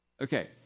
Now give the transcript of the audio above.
Okay